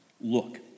Look